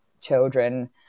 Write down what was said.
children